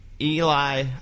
Eli